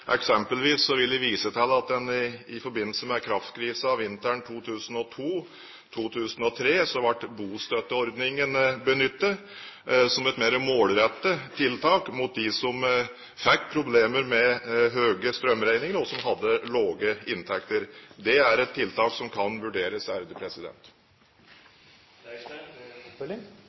i forbindelse med kraftkrisen vinteren 2002–2003 ble bostøtteordningen benyttet som et mer målrettet tiltak mot dem som fikk problemer med høye strømregninger, og som hadde lave inntekter. Det er et tiltak som kan vurderes. Det med bostøtten er